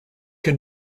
can